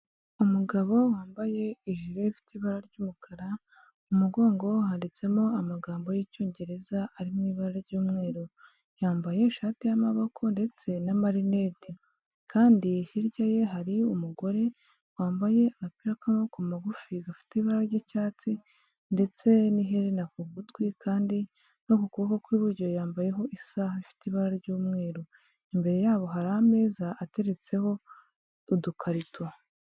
Umugabo wambaye ijire ifite ibara ry'umukara, mu mugongo handitsemo amagambo y'icyongereza ari mu ibara ry'umweru. Yambaye ishati y'amaboko ndetse n'amarinete kandi hirya ye hari umugore wambaye agapira k'amaboko magufi gafite ibara ry'icyatsi ndetse n'iherena ku gutwi kandi no ku kuboko kw'iburyo yambayeho isaha ifite ibara ry'umweru. Imbere yabo hari ameza ateretseho udukarito.